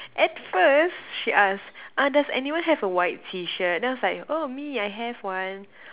at first she ask uh does any one have a white T-shirt then I was like oh me I have one